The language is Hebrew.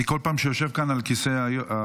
כל פעם שאני יושב כאן על כיסא היו"ר,